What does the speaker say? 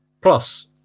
Plus